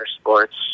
sports